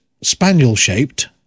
spaniel-shaped